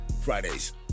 fridays